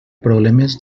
problemes